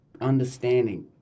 understanding